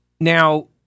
Now